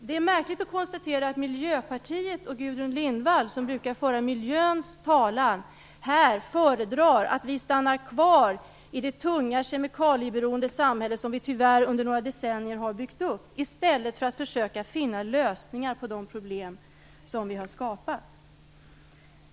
Det är märkligt att konstatera att Miljöpartiet och Gudrun Lindvall, som brukar föra miljöns talan, här föredrar att vi stannar kvar i det tunga kemikalieberoende samhälle som vi tyvärr under några decennier har byggt upp, i stället för att försöka finna lösningar på de problem som vi har skapat.